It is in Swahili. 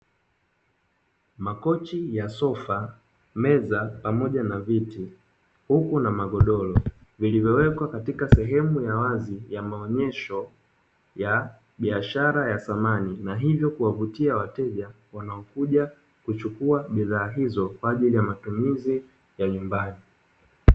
Makochi ya sofa, meza pamoja na viti huku na magodoro vilivyowekwa katika sehemu ya wazi ya maonyesho ya biashara za samani, na hivyo kuwavutia wateja wanaokuja kuchukua bidhaa hizo kwa ajili ya matumizi ya nyumbani.